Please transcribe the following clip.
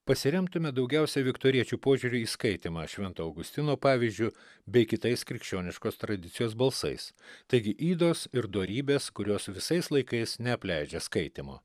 pasiremtume daugiausia viktoriečių požiūriu į skaitymą šventojo augustino pavyzdžiu bei kitais krikščioniškos tradicijos balsais taigi ydos ir dorybės kurios visais laikais neapleidžia skaitymo